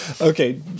Okay